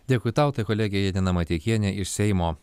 dėkui tau kolegė janina mateikienė iš seimo